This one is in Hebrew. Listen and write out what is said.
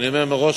אני אומר מראש,